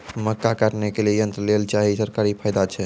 मक्का काटने के लिए यंत्र लेल चाहिए सरकारी फायदा छ?